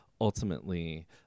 ultimately